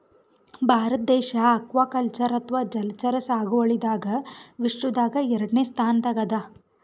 ಭಾರತ ದೇಶ್ ಅಕ್ವಾಕಲ್ಚರ್ ಅಥವಾ ಜಲಚರ ಸಾಗುವಳಿದಾಗ್ ವಿಶ್ವದಾಗೆ ಎರಡನೇ ಸ್ತಾನ್ದಾಗ್ ಅದಾ